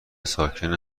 ساکن